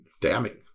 damning